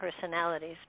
personalities